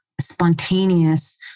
spontaneous